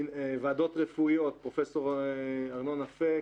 ועדות רפואיות פרופ' ארנון אפק,